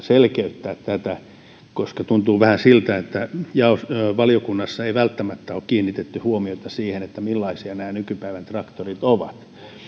selkeyttää tätä koska tuntuu vähän siltä että valiokunnassa ei välttämättä ole kiinnitetty huomiota siihen millaisia nämä nykypäivän traktorit ovat